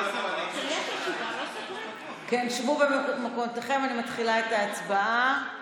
שבו במקומותיכם, אני מתחילה את ההצבעה.